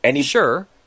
sure